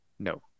No